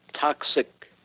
toxic